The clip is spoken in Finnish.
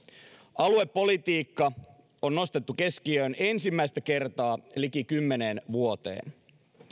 aluepolitiikka on nostettu keskiöön ensimmäistä kertaa liki kymmeneen vuoteen